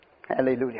hallelujah